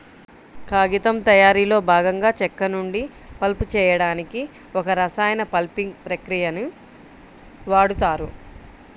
కాగితం తయారీలో భాగంగా చెక్క నుండి పల్ప్ చేయడానికి ఒక రసాయన పల్పింగ్ ప్రక్రియని వాడుతారు